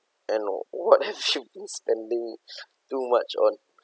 and oh what have you been spending too much on